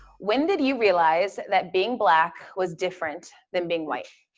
when did you realize that being black was different than being white?